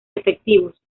efectivos